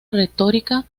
retórica